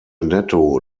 netto